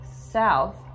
south